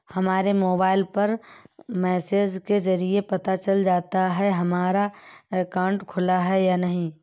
हमारे मोबाइल पर मैसेज के जरिये पता चल जाता है हमारा अकाउंट खुला है या नहीं